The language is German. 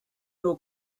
nur